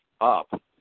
up